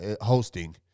hosting